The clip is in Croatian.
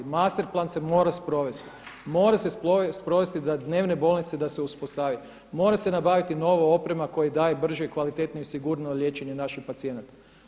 Master se morao sprovesti, mora se sprovesti da dnevne bolnice da se uspostavi, mora se nabaviti nova oprema koja daje brže i kvalitetnije i sigurnije liječenje naših pacijenata.